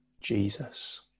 Jesus